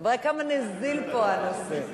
רואה כמה נזיל פה הנושא.